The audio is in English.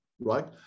right